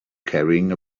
carrying